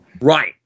Right